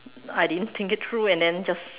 I didn't think it through and then just